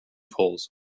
pools